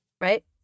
Right